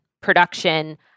production